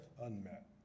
unmet